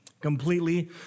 completely